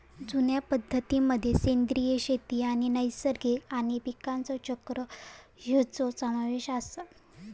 जुन्या पद्धतीं मध्ये सेंद्रिय शेती आणि नैसर्गिक आणि पीकांचा चक्र ह्यांचो समावेश आसा